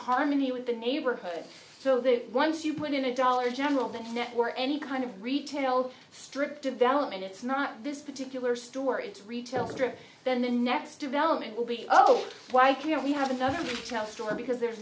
harmony with the neighborhood so that once you put in a dollar general that network or any kind of retail strip development it's not this particular store it's retail strip then the next development will be oh why can't we have another you tell store because there's